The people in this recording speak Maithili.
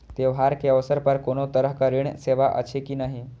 त्योहार के अवसर पर कोनो तरहक ऋण सेवा अछि कि नहिं?